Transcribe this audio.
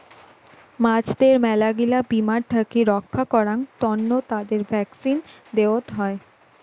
মাছদের মেলাগিলা বীমার থাকি রক্ষা করাং তন্ন তাদের ভ্যাকসিন দেওয়ত হই